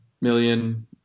million